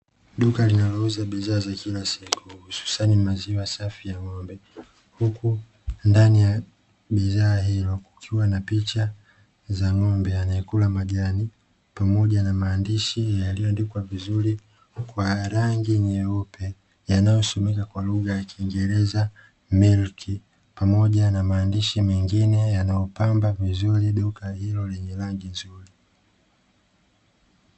Duka linalouza bidhaa za kila siku hususa ni maziwa safi ya ng'ombe, huku ndani ya bidhaa hiyo kukiwa na picha ya ng'ombe anayekula majani pamoja na maandishi yaliyoandikwa vizuri kwa rangi nyeupe, yanayosomeka kwa lugha ya kingereza ''MILK'' pamoja na maandishi mengine yanayopamba vizuri duka hilo lenye rangi nzuri.